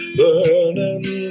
burning